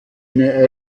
eine